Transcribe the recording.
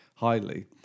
highly